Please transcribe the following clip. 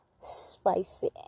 spicy